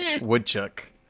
Woodchuck